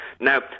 Now